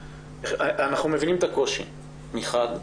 אנחנו מבינים את הקושי מחד,